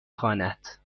خواند